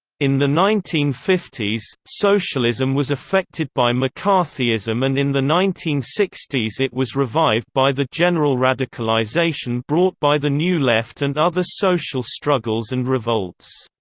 in the nineteen fifty s, socialism was affected by mccarthyism and in the nineteen sixty s it was revived by the general radicalization brought by the new left and other social struggles and revolts.